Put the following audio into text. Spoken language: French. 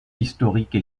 historique